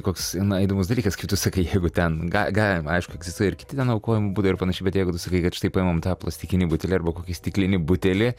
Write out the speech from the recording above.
koks na įdomus dalykas tu sakai jeigu ten ga galima aišku egzistuoja ir kiti ten aukojimo būdai ir panašiai bet jeigu tu sakai kad štai paimam tą plastikinį butelį arba kokį stiklinį butelį